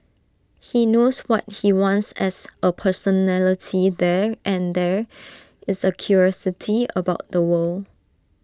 he knows what he wants as A personality there and there is A curiosity about the world